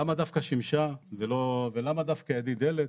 למה דווקא שמשה ולמה דווקא ידית דלת?